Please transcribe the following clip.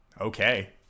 Okay